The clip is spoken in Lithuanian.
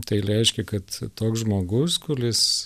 tai reiškia kad toks žmogus kuris